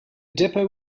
depot